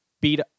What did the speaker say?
beat